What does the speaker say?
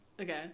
Okay